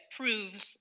proves